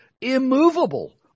immovable